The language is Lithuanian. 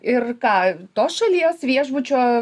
ir ką tos šalies viešbučio